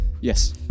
Yes